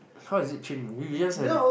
how is it chim you just have to